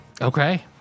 Okay